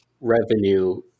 revenue